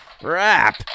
crap